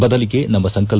ಬದಲಿಗೆ ನಮ್ಮ ಸಂಕಲ್ಲ